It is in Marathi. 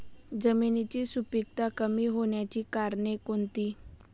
जमिनीची सुपिकता कमी होण्याची कारणे कोणती?